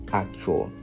actual